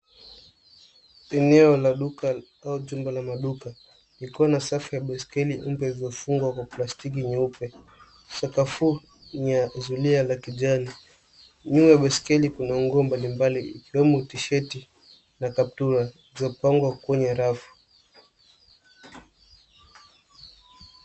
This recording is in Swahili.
Eneo la duka au jumba la maduka likiwa na safu ya baiskeli mpya zilizofungwa kwa plastiki nyeupe. Sakafu ni ya zulia la kijani. Nyuma ya baiskeli kuna nguo mbalimbali ikiwemo T-shirts na kaptula, zimepangwa kwenye rafu.